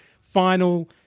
final